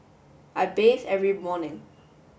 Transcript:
I bathe every morning